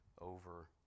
over